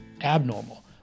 abnormal